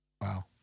Wow